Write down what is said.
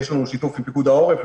יש לנו שיתוף עם פיקוד העורף,